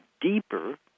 deeper